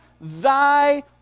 Thy